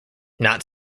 not